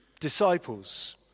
Disciples